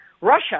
Russia